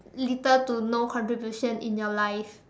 little to no contribution in your life